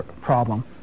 problem